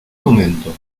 momento